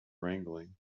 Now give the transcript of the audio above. wrangling